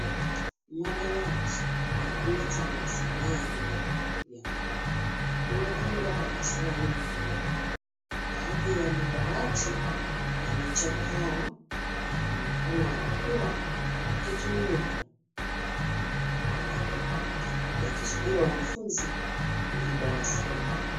Madawati na vitu vya samani vya mbao vimepangwa darasani. Baadhi ya madawati yamechakaa na yanaonekana yamekuwa yakitumika kwa muda mrefu yakisubiri wanafunzi kurudi darasani.